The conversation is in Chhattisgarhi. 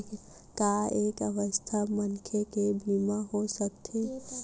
का एक अस्वस्थ मनखे के बीमा हो सकथे?